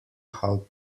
how